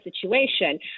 situation